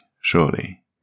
surely